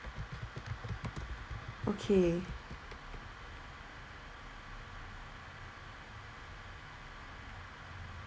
okay